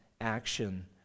action